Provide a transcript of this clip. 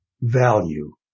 value